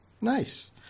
Nice